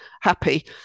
happy